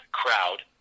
crowd